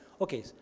Okay